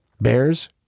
bears